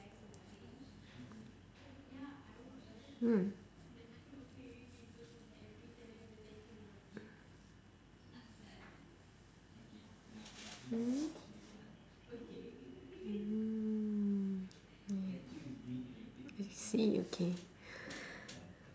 mm hmm mm I see okay